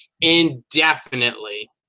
indefinitely